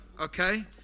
okay